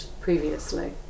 previously